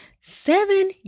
seven